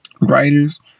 writers